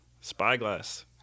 spyglass